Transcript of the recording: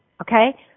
Okay